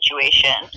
situation